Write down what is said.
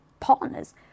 partners